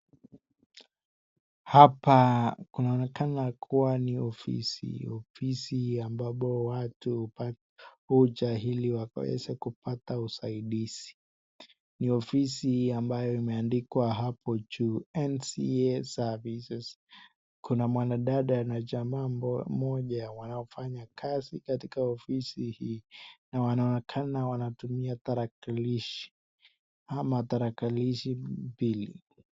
Hapa kunaonekana kuwa ni ofisi, ofisi ambapo watu huja ili wapewe kupata usaidizi, ni ofisi ambayo imeandikwa hapo juu NCA Services. Kuna mwanadada na jamaa mmoja wanaofanya kazi katika ofisi hii, na wanaonekana wanatumia tarakilishi ama tarakilishi mbili.